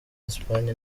espagne